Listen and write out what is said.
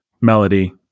melody